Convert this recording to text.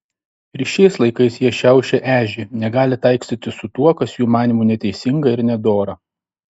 ir šiais laikais jie šiaušia ežį negali taikstytis su tuo kas jų manymu neteisinga ir nedora